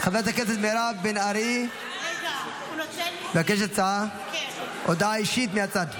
חברת הכנסת מירב בן ארי מבקשת הודעה אישית מהצד.